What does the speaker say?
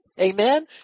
Amen